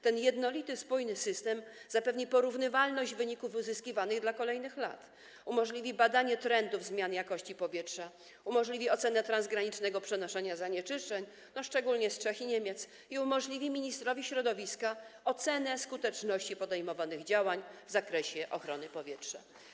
Ten jednolity, spójny system zapewni porównywalność wyników uzyskiwanych dla kolejnych lat, umożliwi badanie trendów zmian jakości powietrza, umożliwi ocenę transgranicznego przenoszenia zanieczyszczeń, szczególnie z Czech i Niemiec, i umożliwi ministrowi środowiska ocenę skuteczności podejmowanych działań w zakresie ochrony powietrza.